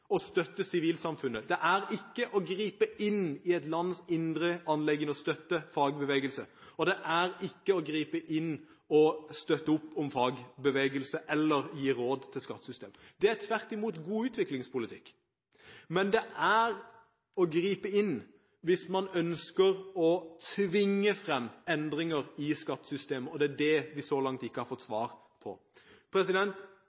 å støtte sivilsamfunnet. Det er ikke å gripe inn i et lands indre anliggende å støtte fagbevegelse eller gi råd om skattesystemet. Det er tvert imot god utviklingspolitikk. Men det er å gripe inn hvis man ønsker å tvinge frem endringer i skattesystemet – og det er det vi så langt ikke har fått